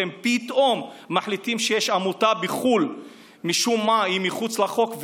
פתאום אתם מחליטים שיש עמותה בחו"ל שמשום מה היא מחוץ לחוק,